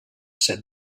said